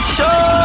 Show